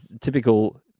typical